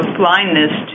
blindness